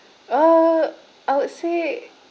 uh I would say